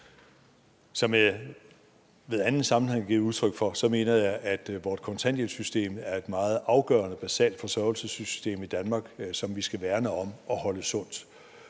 Som jeg i en anden sammenhæng har givet udtryk for, mener jeg, at vores kontanthjælpssystem er et meget afgørende basalt forsørgelsessystem i Danmark, som vi skal værne om og holde sundt.